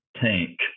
tank